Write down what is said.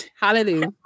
hallelujah